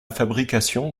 fabrication